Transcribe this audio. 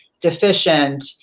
deficient